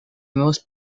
most